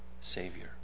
Savior